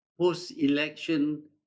post-election